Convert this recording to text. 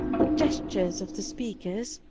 the gestures of the speakers,